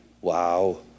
Wow